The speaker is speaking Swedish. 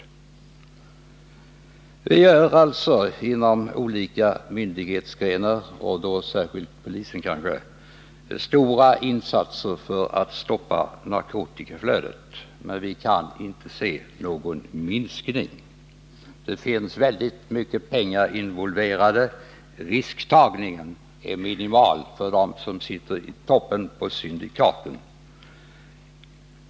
Man gör alltså inom olika myndigheter och kanske särskilt inom polisen stora insatser för att stoppa narkotikaflödet, men vi kan inte se någon minskning. Det finns väldigt mycket pengar involverade här. Risktagningen är minimal för dem som sitter i toppen på syndikaten.